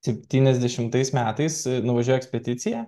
septyniasdešimtais metais nuvažiuoja ekspedicija